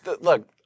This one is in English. Look